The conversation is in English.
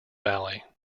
valley